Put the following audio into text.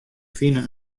fine